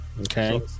Okay